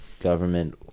Government